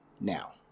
now